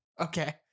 Okay